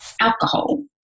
alcohol